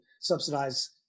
subsidize